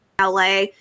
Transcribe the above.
la